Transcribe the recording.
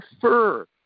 prefer